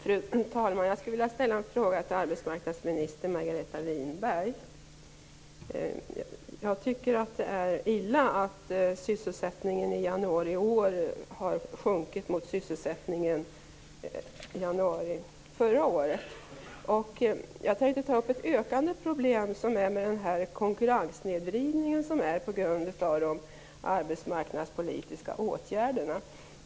Fru talman! Jag skulle vilja ställa en fråga till arbetsmarknadsminister Margareta Winberg. Det är illa att sysselsättningen i januari i år har sjunkit i jämförelse med sysselsättningen i januari förra året. Jag tänkte ta upp ett växande problem i samband med konkurrenssnedvridningen på grund av de arbetsmarknadspolitiska åtgärderna.